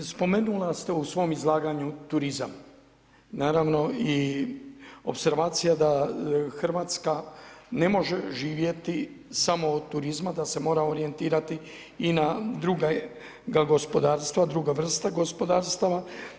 Spomenuli ste u svom izlaganju turizam, naravno i opservacija da Hrvatska ne može živjeti samo od turizma, da se mora orijentirati i na druge vrste gospodarstva.